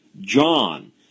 John